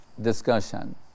discussion